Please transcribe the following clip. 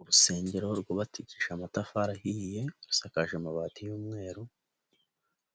Urusengero rwubatikishije amatafari ahiye, rusakaje amabati y'umweru,